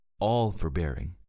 all-forbearing